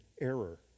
error